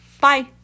Bye